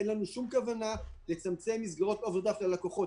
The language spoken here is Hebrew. אין לנו שום כוונה לצמצם מסגרות אוברדרפט ללקוחות.